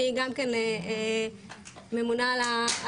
שהיא גם כן ממונה על האכיפה,